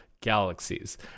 Galaxies